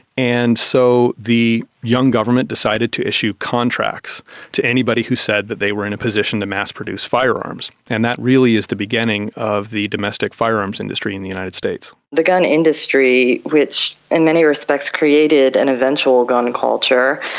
and so the young government decided to issue contracts to anybody who said they were in a position to mass-produce firearms, and that really is the beginning of the domestic firearms industry in the united states. the gun industry, which in many respects created an eventual gun culture,